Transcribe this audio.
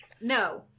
No